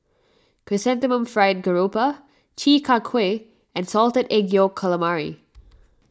Chrysanthemum Fried Garoupa Chi Kak Kuih and Salted Egg Yolk Calamari